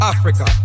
Africa